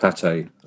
pate